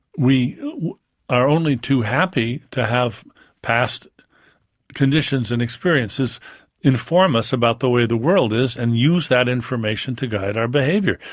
we are only too happy to have past conditions and experiences inform us about the way the world is, and use that information to guide our behaviour.